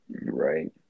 Right